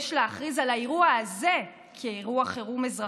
יש להכריז על האירוע הזה כאירוע חירום אזרחי,